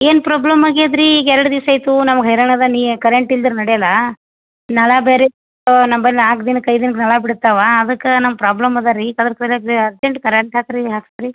ಏನು ಪ್ರಾಬ್ಲಮ್ ಆಗ್ಯಾದೆ ರೀ ಈಗ ಎರಡು ದಿವ್ಸ ಆಯಿತು ನಮಗೆ ಹೈರಾಣದ ನೀ ಕರೆಂಟ್ ಇಲ್ದಿರೆ ನಡೆಯೋಲ್ಲ ನಳ ಬೇರೆ ನಮ್ಮಲ್ಲ್ ನಾಲ್ಕು ದಿನಕ್ಕೆ ಐದು ದಿನಕ್ಕೆ ನಳ ಬಿಡ್ತಾವೆ ಅದಕ್ಕೆ ನಮ್ಗ್ ಪ್ರಾಬ್ಲಮ್ ಅದ ರೀ ಅರ್ಜೆಂಟ್ ಕರೆಂಟ್ ಹಾಕಿ ರೀ ಹಾಕ್ಸಿ ರೀ